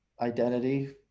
identity